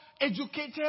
educated